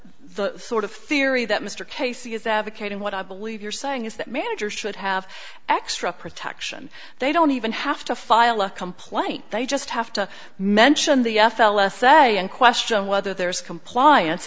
the sort of theory that mr casey is advocating what i believe you're saying is that managers should have extra protection they don't even have to file a complaint they just have to mention the f l s say and question whether there's compliance